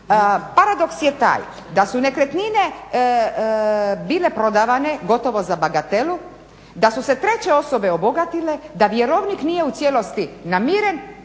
Paradoks je taj da su nekretnine bile prodavane gotovo za bagatelu, da su se treće osobe obogatile, da vjerovnik nije u cijelosti namiren,